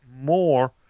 more